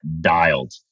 dialed